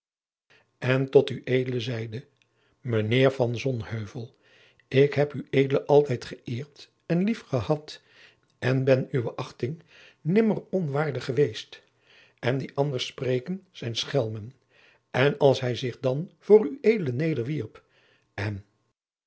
en tot ued zeide mijnheer van sonheuvel ik heb ued altijd géeerd en lief gehad en ben uwe achting nimmer onwaardig geweest en die anders spreken zijn schelmen en als hij zich dan voor ued nederwierp en